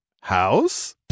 House